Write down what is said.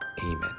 Amen